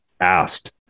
asked